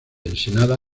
ensenada